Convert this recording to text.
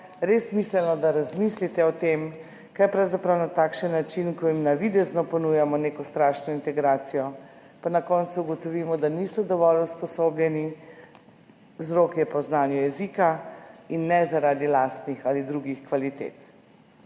res smiselno, da razmislite o tem, kaj pravzaprav na takšen način, ko jim navidezno ponujamo neko strašno integracijo, pa na koncu ugotovimo, da niso dovolj usposobljeni, vzrok je pa v znanju jezika in ne zaradi lastnih ali drugih kvalitet.